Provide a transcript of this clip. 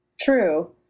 true